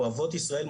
אוהבות ישראל,